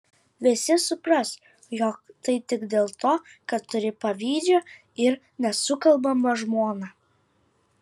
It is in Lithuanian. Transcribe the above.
visi supras jog tai tik dėl to kad turi pavydžią ir nesukalbamą žmoną